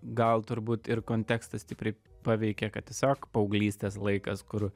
gal turbūt ir kontekstas stipriai paveikė kad tiesiog paauglystės laikas kur